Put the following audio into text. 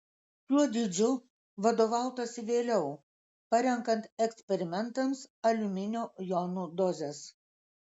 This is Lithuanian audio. šiuo dydžiu vadovautasi vėliau parenkant eksperimentams aliuminio jonų dozes